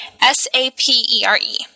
S-A-P-E-R-E